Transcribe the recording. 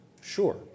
Sure